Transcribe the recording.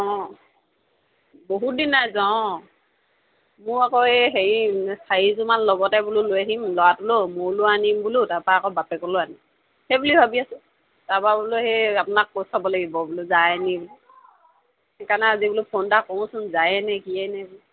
অঁ বহুত দিন নাই যোৱা অঁ মোৰ আকৌ এই হেৰি চাৰিযোৰমান লগতে বোলো লৈ আহিম ল'ৰাটোলৈও মোৰলৈও আনিম বোলো তাৰপৰা আকৌ বাপেকলৈও আনিম সেই বুলি ভাবি আছোঁ তাৰপৰা বোলো সেই আপোনাক কৈ চাব লাগিব বোলো যায় আনিম সেইকাৰণে আজি বোলো ফোন এটা কৰোচোন যায়েনে কিয়েনে